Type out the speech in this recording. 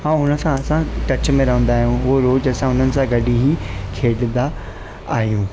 ऐं हुनसां असां टच में रहंदा आहियूं उहे रोज असां उन्हनि सां गॾ ई खेॾंदा आहियूं